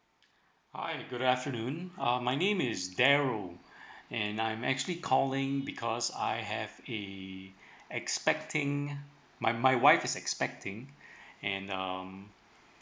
hi good afternoon uh my name is darrel and I'm actually calling because I have uh expecting my my wife is expecting and um